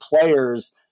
players